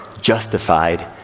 justified